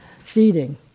feeding